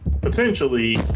potentially